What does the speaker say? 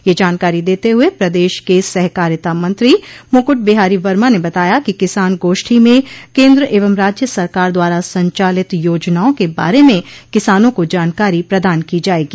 यह जानकारी देते हुए प्रदेश के सहकारिता मंत्री मुकुट बिहारी वर्मा ने बताया कि किसान गोष्ठी में केन्द्र एवं राज्य सरकार द्वारा संचालित योजनाओं के बारे में किसानों को जानकारी प्रदान की जायेगी